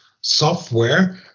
software